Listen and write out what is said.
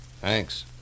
Thanks